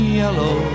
yellow